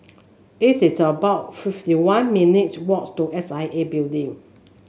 it is about fifty one minutes' walk to S I A Building